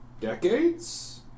decades